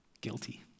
guilty